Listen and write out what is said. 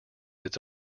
its